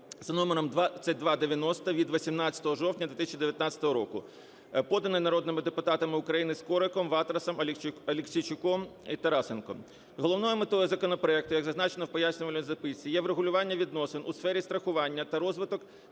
за номером 2290 від 18 жовтня 2019 року, поданий народними депутатами України Скориком, Ватрасом, Аліксійчуком і Тарасенком. Головною метою законопроекту, як зазначено в пояснювальній записці, є врегулювання відносин у сфері страхування та розвиток